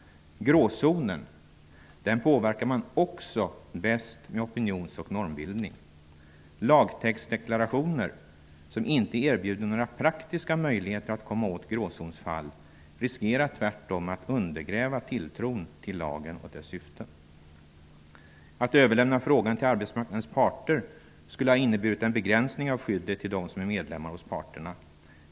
Man påverkar också gråzonen bäst med opinionsoch normbildning. Lagtextdeklarationer som inte erbjuder några praktiska möjligheter att komma åt gråzonsfall riskerar tvärtom att undergräva tilltron till lagen och dess syften. Att överlämna frågan till arbetsmarknadens parter skulle ha inneburit en begränsning av skyddet till dem som är medlemmar hos parterna.